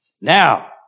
Now